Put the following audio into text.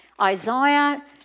Isaiah